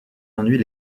ennuis